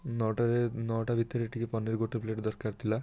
ନଅଟାରେ ନଅଟା ଭିତରେ ଟିକିଏ ପନିର୍ ଗୋଟେ ପ୍ଲେଟ୍ ଦରକାର ଥିଲା